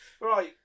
Right